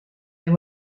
than